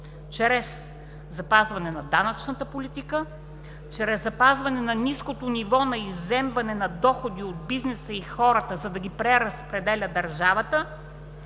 чрез запазване на данъчната политика, чрез запазване на ниското ниво на изземване на доходи от бизнеса и хората, за да ги преразпределя държавата,